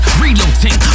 reloading